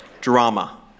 drama